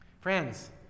Friends